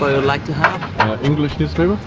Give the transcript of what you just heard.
would like to have? english newspaper?